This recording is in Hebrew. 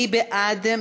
מי בעד?